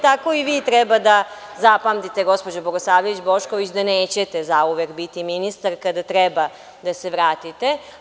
Tako i vi treba da zapamtite, gospođo Bogosavljević Bošković, da nećete zauvek biti ministarka, da treba da se vratite.